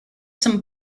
some